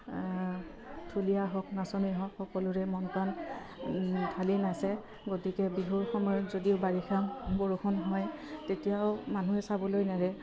ঢুলীয়া হওক নাচনি হওক সকলোৱে মন প্ৰাণ ঢালি নাচে গতিকে বিহুৰ সময়ত যদিও বাৰিষা বৰষুণ হয় তেতিয়াও মানুহে চাবলৈ নেৰে